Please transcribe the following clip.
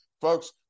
Folks